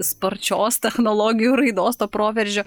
sparčios technologijų raidos to proveržio